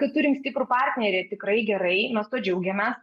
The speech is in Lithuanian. kad turim stiprų partnerį tikrai gerai mes tuo džiaugiamės